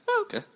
Okay